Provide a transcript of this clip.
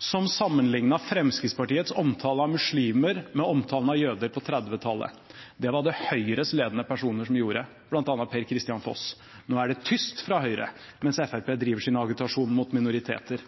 som sammenlignet Fremskrittspartiets omtale av muslimer med omtalen av jøder på 1930-tallet. Det var det Høyres ledende personer som gjorde, bl.a. Per-Kristian Foss. Nå er det tyst fra Høyre, mens Fremskrittspartiet driver sin agitasjon mot minoriteter.